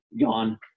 gone